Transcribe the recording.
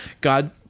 God